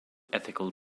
ethical